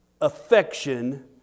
affection